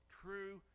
true